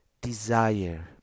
desire